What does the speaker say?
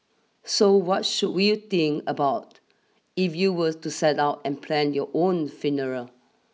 so what should we you think about if you were to set out and plan your own funeral